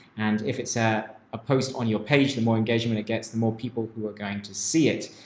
and if it's a a post on your page, the more engagement it gets, the more people who are going to see it.